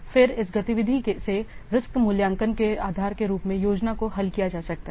फिर इस गतिविधि से रिस्क मूल्यांकन के आधार के रूप में योजना को हल किया जा सकता है